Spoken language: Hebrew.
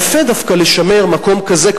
יפה דווקא לשמר מקום כזה,